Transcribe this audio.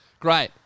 Great